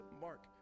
mark